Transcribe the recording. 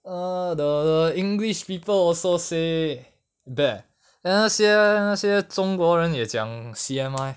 err the the english people also say that there 那些那些中国人也讲 C_M_I